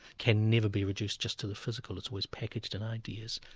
can never be reduced just to the physical, it's always packaged in ideas.